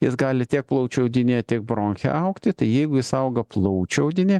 jis gali tiek plaučių audinyje tik bronche augti tai jeigu jis auga plaučių audiny